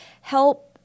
help